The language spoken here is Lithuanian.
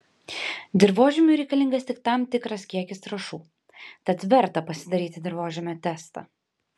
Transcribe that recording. dirvožemiui reikalingas tik tam tikras kiekis trąšų tad verta pasidaryti dirvožemio testą